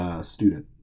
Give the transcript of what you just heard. student